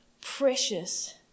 precious